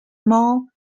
more